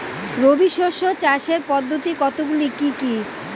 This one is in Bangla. রবি শস্য চাষের পদ্ধতি কতগুলি কি কি?